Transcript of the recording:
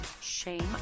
shame